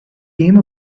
came